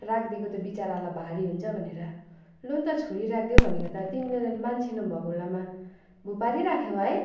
राखिदिएको त बिचारालाई भारी हुन्छ भनेर लौ न त छोडी राखिदेउ भनेको त तिमीले त मान्छे नभाएको बेलामा भुपारी राख्यौँ है